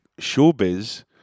showbiz